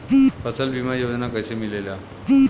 फसल बीमा योजना कैसे मिलेला?